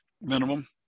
minimum